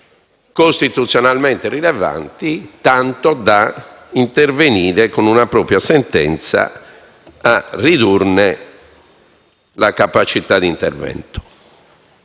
costituzionalmente rilevanti tanto da intervenire con una propria sentenza a ridurne la capacità di intervento.